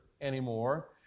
anymore